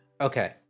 Okay